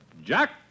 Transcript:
Jack